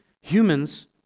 humans